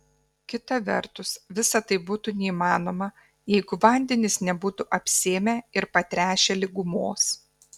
kita vertus visa tai būtų neįmanoma jeigu vandenys nebūtų apsėmę ir patręšę lygumos